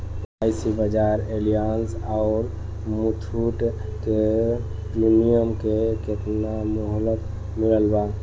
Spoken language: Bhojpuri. एल.आई.सी बजाज एलियान्ज आउर मुथूट के प्रीमियम के केतना मुहलत मिलल बा?